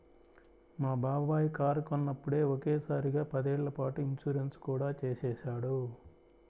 మా బాబాయి కారు కొన్నప్పుడే ఒకే సారిగా పదేళ్ళ పాటు ఇన్సూరెన్సు కూడా చేసేశాడు